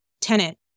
tenant